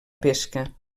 pesca